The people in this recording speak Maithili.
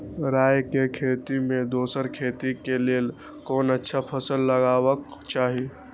राय के खेती मे दोसर खेती के लेल कोन अच्छा फसल लगवाक चाहिँ?